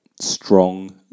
strong